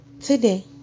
today